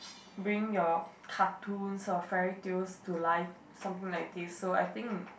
bring your cartoons or fairytales to life something like this so I think